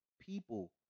people